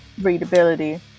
readability